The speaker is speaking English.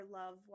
love